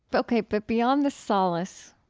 but ok. but beyond the solace,